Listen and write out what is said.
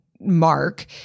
mark